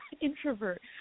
introvert